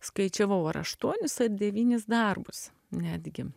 skaičiavau ar aštuonis devynis darbus netgi